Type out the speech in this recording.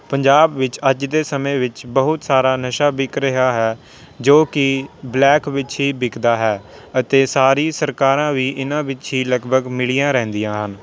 ਪੰਜਾਬ ਵਿੱਚ ਅੱਜ ਦੇ ਸਮੇਂ ਵਿੱਚ ਬਹੁਤ ਸਾਰਾ ਨਸ਼ਾ ਵਿਕ ਰਿਹਾ ਹੈ ਜੋ ਕਿ ਬਲੈਕ ਵਿੱਚ ਹੀ ਵਿਕਦਾ ਹੈ ਅਤੇ ਸਾਰੀ ਸਰਕਾਰਾਂ ਵੀ ਇਹਨਾਂ ਵਿੱਚ ਹੀ ਲਗਭਗ ਮਿਲੀਆਂ ਰਹਿੰਦੀਆਂ ਹਨ